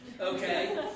okay